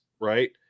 right